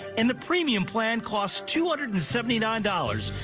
and the premium plan cost two hundred and seventy nine dollars.